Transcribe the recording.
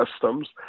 customs